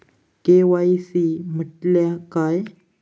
KYC म्हटल्या काय?